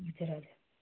हजुर हजुर